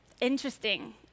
interesting